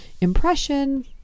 impression